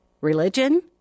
religion